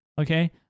okay